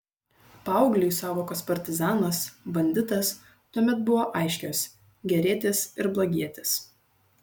paaugliui sąvokos partizanas banditas tuomet buvo aiškios gerietis ir blogietis